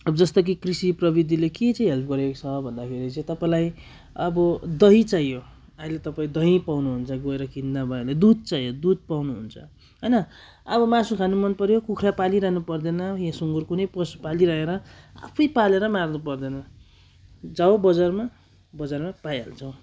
अब जस्तो कि कृषि प्रविधिले के चाहिँ हेल्प गरेको छ भन्दाखेरि चाहिँ तपाईँलाई अब दही चाहियो अहिले तपाईँ दही पाउनुहुन्छ गएर किन्दा भइहाल्यो दुध चाहियो दुध पाउनुहुन्छ होइन अब मासु खानु मनलाग्यो कुखुरा पालिरहनु पर्दैन या सुँगुर कुनै पशु पालिरहेर आफै पालेर मार्नु पर्दैन जाऊ बजारमा बजारमा पाइहाल्छौ